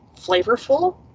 flavorful